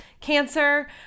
cancer